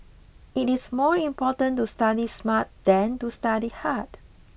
it is more important to study smart than to study hard